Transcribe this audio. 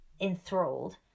enthralled